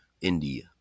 india